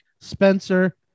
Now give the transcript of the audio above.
Spencer